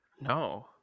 No